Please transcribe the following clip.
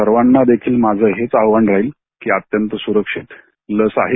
सर्वांना देखील माझं हेच आवाहन राहील अत्यंत सुरक्षित लस आहे